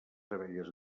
abelles